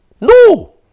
no